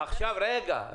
עכשיו, רגע.